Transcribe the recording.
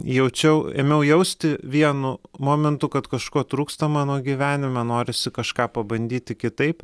jaučiau ėmiau jausti vienu momentu kad kažko trūksta mano gyvenime norisi kažką pabandyti kitaip